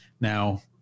Now